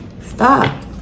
Stop